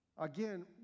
Again